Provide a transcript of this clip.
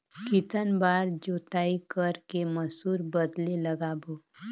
कितन बार जोताई कर के मसूर बदले लगाबो?